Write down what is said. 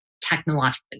technologically